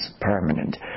permanent